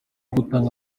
gutanga